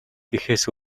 гэхээс